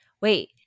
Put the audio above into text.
wait